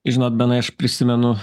žinot benai aš prisimenu